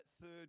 third